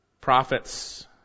prophets